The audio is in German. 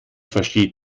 versteht